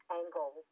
angle